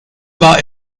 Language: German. war